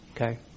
Okay